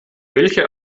welche